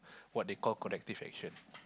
what they call corrective action